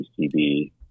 CB